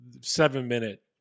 seven-minute